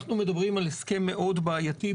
אנחנו מדברים על הסכם מאוד בעייתי,